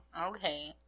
Okay